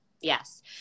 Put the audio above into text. yes